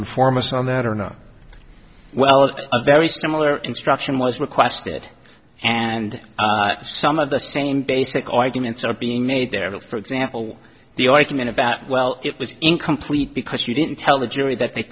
inform us on that or not well a very similar instruction was requested and some of the same basic arguments are being made there but for example the argument about well it was incomplete because you didn't tell the jury that they